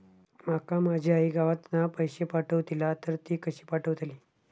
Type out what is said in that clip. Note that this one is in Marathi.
माका माझी आई गावातना पैसे पाठवतीला तर ती कशी पाठवतली?